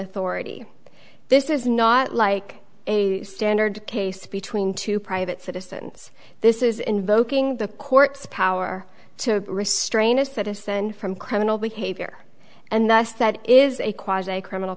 authority this is not like a standard case between two private citizens this is invoking the court's power to restrain a citizen from criminal behavior and thus that is a quasi criminal